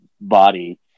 body